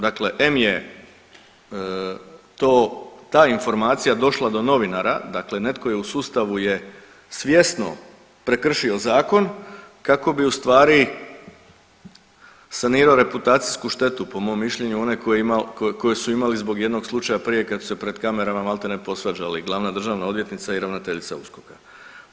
Dakle, em je to to, ta informacija došla do novinara, dakle netko je u sustavu je svjesno prekršio zakon kako bi ustvari sanirao reputacijsku štetu po mom mišljenju onaj koji je, koji su imali zbog jednog slučaja prije kad su se pred kamerama maltene posvađali, glavna državna odvjetnica i ravnateljica USKOK-a.